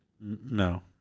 No